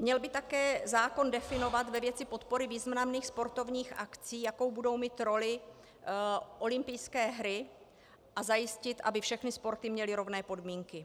Měl by také zákon definovat ve věci podpory významných sportovních akcí, jakou budou mít roli olympijské hry, a zajistit, aby všechny sporty měly rovné podmínky.